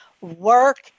Work